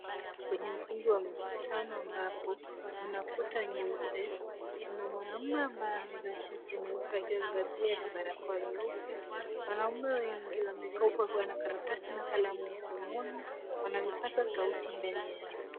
Kwenye ukumbi wa mikutano ambapo kuna kuta nyeupe, kuna mwanaume ambaye amevaa shati nyeupe akiwa amevalia na barakoa nyeupe, wanaume wengi wamekokwa na karatasi na kalamu mkononi wana vipaza sauti mbele yao.